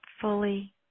fully